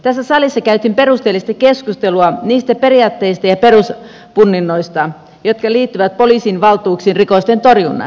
tässä salissa käytiin perusteellisesti keskustelua niistä periaatteista ja peruspunninnoista jotka liittyvät poliisin valtuuksiin rikosten torjunnassa